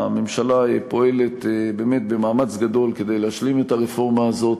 הממשלה פועלת באמת במאמץ גדול כדי להשלים את הרפורמה הזאת,